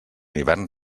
hivern